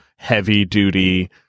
heavy-duty